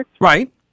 right